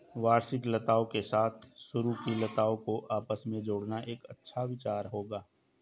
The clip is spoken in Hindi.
वार्षिक लताओं के साथ सरू की लताओं को आपस में जोड़ना एक अच्छा विचार होगा